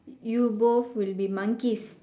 you both will be monkeys